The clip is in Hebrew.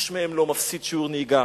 איש מהם לא מפסיד שיעור נהיגה,